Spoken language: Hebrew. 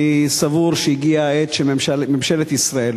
אני סבור שהגיעה העת שממשלת ישראל,